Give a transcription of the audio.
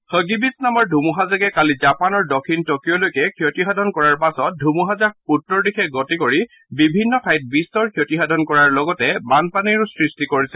Hagibis নামৰ ধুমুহাজাকে কালি জাপানৰ দক্ষিণ টকিঅলৈকে ক্ষতিসাধন কৰাৰ পাছত ধুমুহাজাক উত্তৰ দিশে গতি কৰি বিভিন্ন ঠাইত বিস্তৰ ক্ষতিসাধন কৰাৰ লগতে বানপানীৰো সৃষ্টি কৰিছে